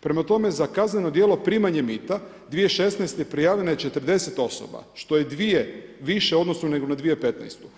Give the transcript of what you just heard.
Prema tome za kazneno djelo primanje mita 2016. prijavljeno je 40 osoba, što je 2 više u odnosu na 2015.